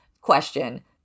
question